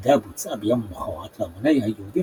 הפקודה בוצעה ביום המחרת והמוני היהודים